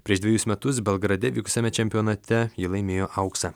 prieš dvejus metus belgrade vykusiame čempionate ji laimėjo auksą